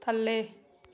ਥੱਲੇ